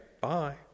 Bye